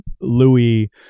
Louis